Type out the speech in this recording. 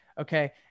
okay